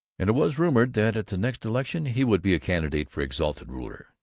and it was rumored that at the next election he would be a candidate for exalted ruler.